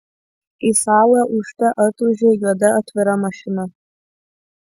į salą ūžte atūžė juoda atvira mašina